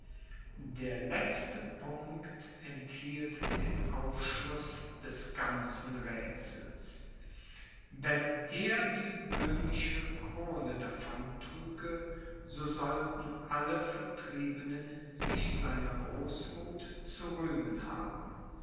der letzte punkt enthielt den aufschluß des ganzen räthsels wenn er die böhmische krone davon trüge so sollten alle vertriebenen sich seiner großmuth zu rühmen haben